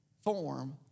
form